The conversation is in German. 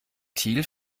thiel